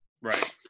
right